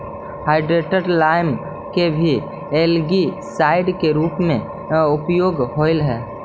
hydrated lime के भी algicide के रूप में उपयोग होव हई